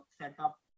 setup